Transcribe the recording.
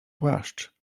płaszcz